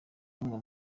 bamwe